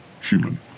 human